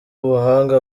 ubuhanga